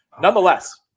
Nonetheless